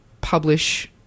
publish